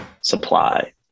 supply